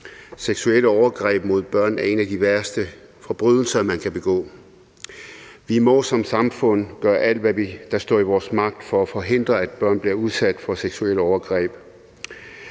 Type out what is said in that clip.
Seksuelle overgreb mod børn er en af de værste forbrydelser, man kan begå. Vi må som samfund gøre alt, hvad der står i vores magt, for at forhindre, at børn bliver udsat for seksuelle overgreb.